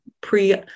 pre-